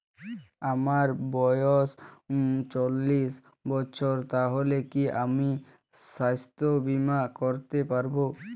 আমার বয়স চল্লিশ বছর তাহলে কি আমি সাস্থ্য বীমা করতে পারবো?